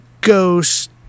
ghost